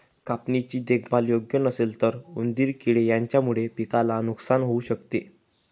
पिक कापणी ची देखभाल योग्य नसेल तर उंदीर किडे यांच्यामुळे पिकाला नुकसान होऊ शकत